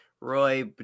Roy